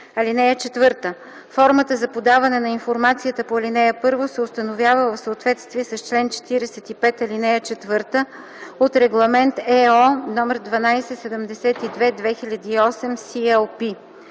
(4) Формата за подаване на информацията по ал. 1 се установява в съответствие с чл. 45, ал. 4 от Регламент (ЕО) № 1272/2008 (CLP).